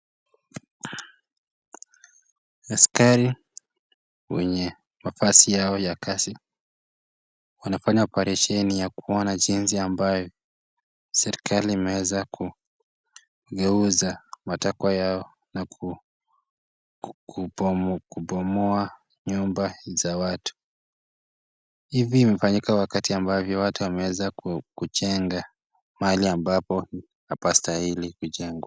Askari wenye mavazi yao ya kazi, wanafanya oparesheni ya kuona jinsi ambayo, serikali imeweza kugeiza matakwa yao na kubomoa nyumba za watu, hivi imefanyika wakati watu wamejenga mahali ambapo hapastahili kujengwa.